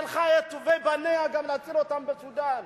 שלחה את טובי בניה גם להציל אותם בסודן,